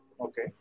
okay